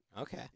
Okay